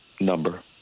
number